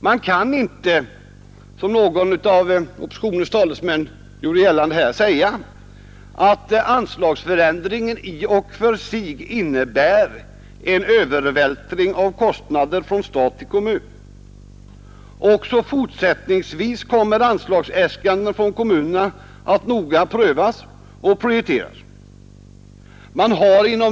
Man kan inte, som någon av oppositionens talesmän gjorde gällande, säga att denna ändring av anslaget i och för sig innebär en övervältring av kostnader från stat till kommun. Även fortsättningsvis kommer anslagsäskanden från kommunerna att noga prövas.